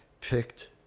picked